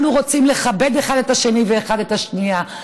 אנחנו רוצים לכבד אחד את השני ואחת את השנייה.